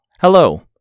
Hello